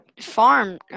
farm